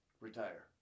retire